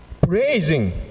praising